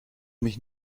mich